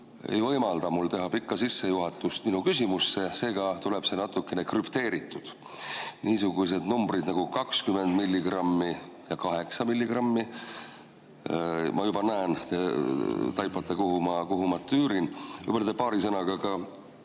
ei võimalda mul teha pikka sissejuhatust oma küsimusse, seega tuleb see natukene krüpteeritud. Niisugused numbrid nagu 20 milligrammi ja 8 milligrammi – ma juba näen, et te taipate, kuhu ma tüürin. Olge hää, võib-olla te